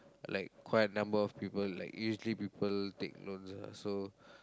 like quite a number of people like usually people take loans ya so